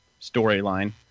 storyline